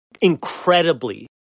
incredibly